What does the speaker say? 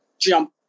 jump